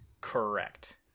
Correct